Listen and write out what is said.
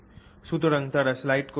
সুতরাং তারা স্লাইড করতে পারে